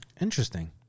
Interesting